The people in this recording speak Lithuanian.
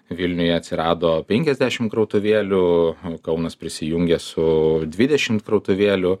vilniuje atsirado penkiasdešim krautuvėlių kaunas prisijungė su dvidešimt krautuvėlių